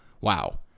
Wow